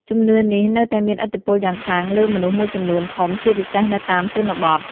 ជំនឿនេះនៅតែមានឥទ្ធិពលយ៉ាងខ្លាំងលើមនុស្សមួយចំនួនធំជាពិសេសនៅតាមជនបទ។